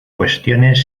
cuestiones